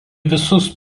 visus